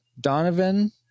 Donovan